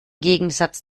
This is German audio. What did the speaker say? gegensatz